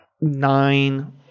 nine